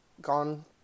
gone